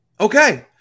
Okay